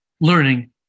learning